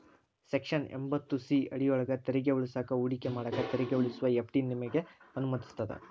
section ಎಂಭತ್ತು C ಅಡಿಯೊಳ್ಗ ತೆರಿಗೆ ಉಳಿಸಾಕ ಹೂಡಿಕೆ ಮಾಡಾಕ ತೆರಿಗೆ ಉಳಿಸುವ ಎಫ್.ಡಿ ನಿಮಗೆ ಅನುಮತಿಸ್ತದ